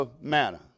manna